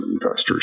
investors